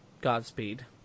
Godspeed